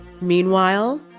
Meanwhile